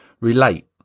relate